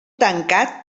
tancat